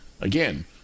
Again